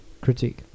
critique